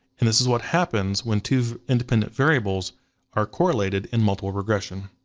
and this is what happens when two independent variables are correlated in multiple regression.